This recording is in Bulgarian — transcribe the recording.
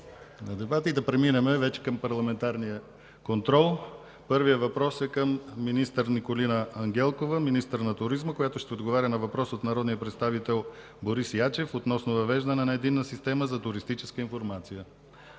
на дебата. Преминаваме към Парламентарен контрол. Първият въпрос е към министър Николина Ангелкова – министър на туризма, която ще отговаря на въпрос от народния представител Борис Ячев относно въвеждане на Единна система за туристическа информация.